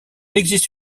existe